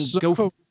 go